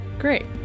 great